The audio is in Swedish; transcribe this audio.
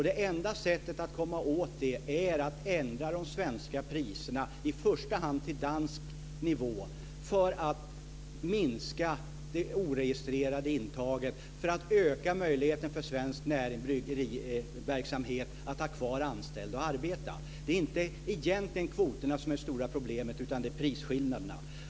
Det enda sättet att komma åt problemet är att ändra de svenska priserna i första hand till dansk nivå för att minska de oregistrerade intagen och för att öka möjligheten för svensk bryggeriverksamhet att arbeta och ha kvar anställda. Det är egentligen inte kvoterna som är det stora problemet, utan det är prisskillnaderna.